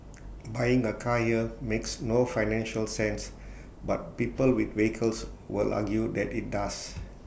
buying A car here makes no financial sense but people with vehicles will argue that IT does